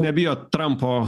nebijot trampo